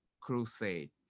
crusade